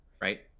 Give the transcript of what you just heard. right